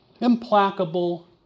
Implacable